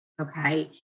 okay